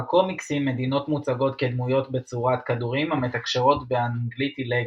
בקומיקסים מדינות מוצגות כדמויות בצורת כדורים המתקשרות באנגלית עילגת.